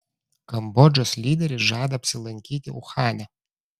kambodžos lyderis žada apsilankyti uhane